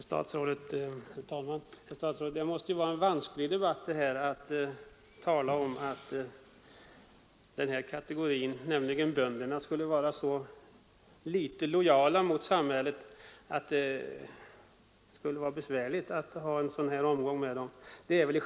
Herr talman! Det måste, herr statsråd, vara vanskligt att i en debatt som denna tala om att bönderna skulle vara så litet lojala mot samhället att det skulle vara besvärligt att tillämpa en ransonering för deras vidkommande.